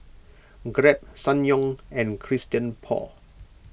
Grab Ssangyong and Christian Paul